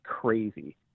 crazy